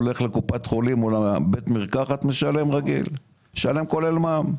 הולך לקופת החולים ומשלם רגיל כולל מע"מ.